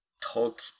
talk